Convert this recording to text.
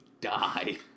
die